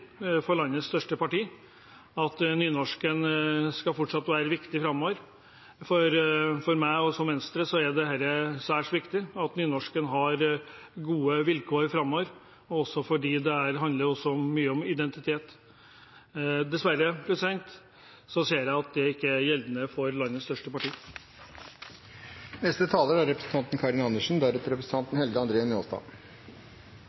for landets største parti at nynorsken fortsatt skal være viktig framover. For meg og Venstre er det særs viktig at nynorsken har gode vilkår framover, også fordi det handler mye om identitet. Dessverre ser jeg at det ikke gjelder for landets største parti.